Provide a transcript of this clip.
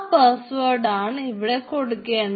ആ പാസ്സ്വേഡ് ആണ് ഇവിടെ കൊടുക്കുക